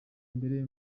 mbere